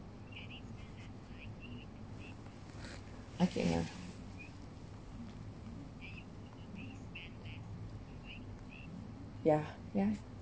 okay ya ya ya